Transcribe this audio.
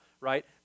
right